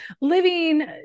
living